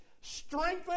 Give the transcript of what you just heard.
strengthen